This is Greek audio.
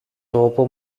τόπο